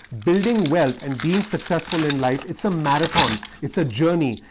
building wealth and being successful in life. it's a marathon. it's a journey.